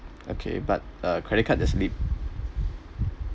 okay but a credit card does lead